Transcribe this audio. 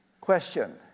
Question